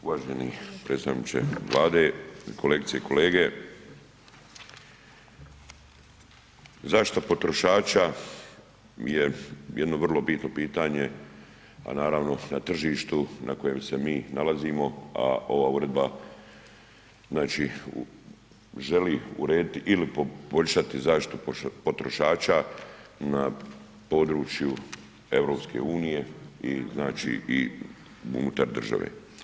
Uvaženi predstavniče Vlade, kolegice i kolege, zaštita potrošača je jedno vrlo bitno pitanje, a naravno na tržištu na kojem se mi nalazimo, a ova uredba znači želi urediti ili poboljšati zaštitu potrošača na području EU i znači i unutar države.